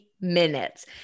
minutes